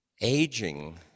aging